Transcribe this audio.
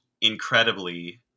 incredibly